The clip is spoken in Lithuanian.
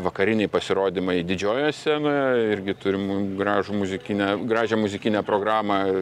vakariniai pasirodymai didžiojoje scenoje irgi turim gražų muzikinę gražią muzikinę programą